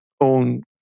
own